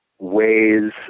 ways